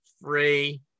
free